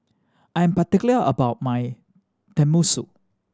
I am particular about my Tenmusu